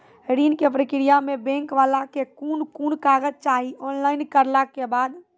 ऋण के प्रक्रिया मे बैंक वाला के कुन कुन कागज चाही, ऑनलाइन करला के बाद?